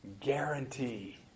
Guarantee